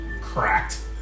cracked